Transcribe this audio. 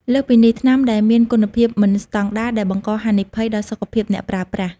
លើសពីនេះ ថ្នាំដែលមានគុណភាពមិនស្តង់ដារ ដែលបង្កហានិភ័យដល់សុខភាពអ្នកប្រើប្រាស់។